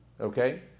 Okay